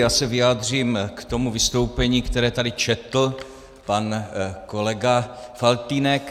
Já se vyjádřím k tomu vystoupení, které tady četl pan kolega Faltýnek.